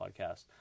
podcast